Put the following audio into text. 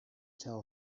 tell